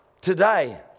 Today